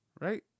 right